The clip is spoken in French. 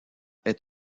est